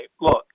look